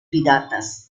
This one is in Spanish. piratas